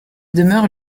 demeure